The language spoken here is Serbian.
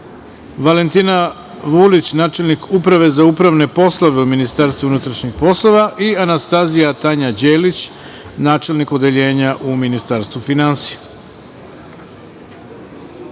Valentina Vulić, načelnik Uprave za upravne poslove u Ministarstvu unutrašnjih poslova i Anastazija Tanja Đelić, načelnik odeljenja u Ministarstvu finansija. Molim